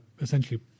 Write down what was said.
essentially